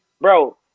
bro